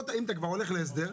אם אתה כבר הולך להסדר,